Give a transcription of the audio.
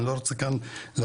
אני לא רוצה כאן להרחיב,